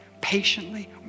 patiently